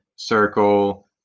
Circle